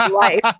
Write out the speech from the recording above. life